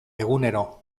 egunero